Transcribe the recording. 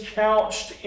couched